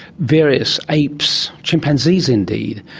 various apes, chimpanzees indeed,